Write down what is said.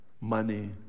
money